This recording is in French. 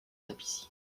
tapissiers